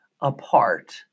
apart